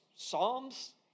Psalms